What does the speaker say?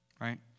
right